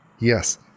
Yes